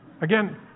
Again